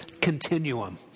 Continuum